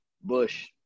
Bush